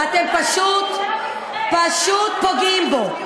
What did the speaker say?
פשוט פוגעים בו.